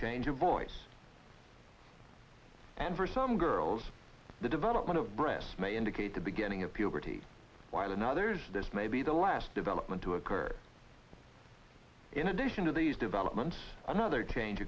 change of voice and for some girls the development of breasts may indicate the beginning of puberty while another is this may be the last development to occur in addition to these developments another change